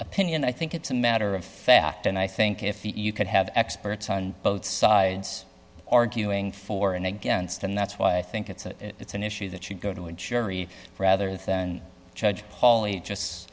opinion i think it's a matter of fact and i think if you could have experts on both sides arguing for and against and that's why i think it's a it's an issue that should go to a jury rather than judge paul a just